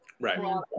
Right